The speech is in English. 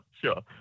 sure